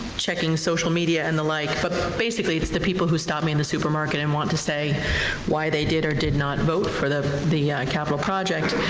checking social media and the like, but basically it's the people who stop me in the supermarket and want to say why they did or did not vote for the the capital project,